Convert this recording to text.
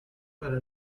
para